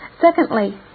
Secondly